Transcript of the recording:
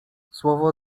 słowo